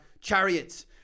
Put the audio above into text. Chariots